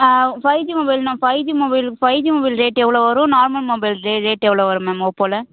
five G mobile நான் five G mobile five G mobile rate எவ்வளோ வரும் normal mobile ரே ரேட் எவ்வளோ வரும் மேம் ஓப்போவில